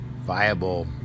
viable